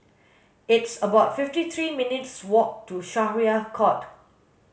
it's about fifty three minutes' walk to Syariah Court